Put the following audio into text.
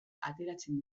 ateratzen